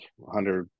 100